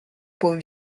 pauvre